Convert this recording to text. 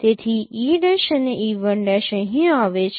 તેથી e2' અને e1' અહીં આવે છે